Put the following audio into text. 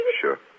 Sure